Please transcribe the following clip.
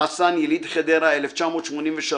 חסן, יליד חדרה 1983,